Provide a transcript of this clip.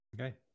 okay